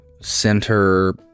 center